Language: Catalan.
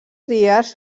dies